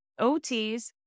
OTs